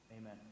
Amen